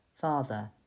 Father